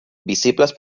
visibles